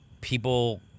people